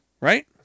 right